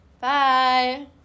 Bye